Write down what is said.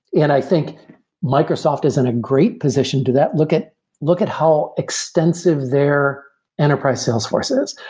and i think microsoft is in a great position to that. look at look at how extensive their enterprise salesforce is.